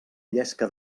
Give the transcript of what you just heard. llesca